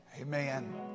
amen